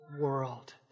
world